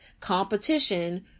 competition